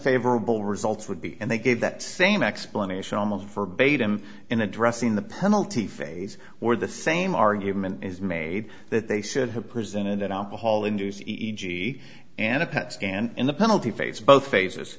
favorable results would be and they gave that same explanation almost verbatim in addressing the penalty phase where the same argument is made that they should have presented an alcohol induced e g d and a pet scan in the penalty phase both phases